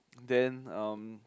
then um